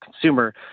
consumer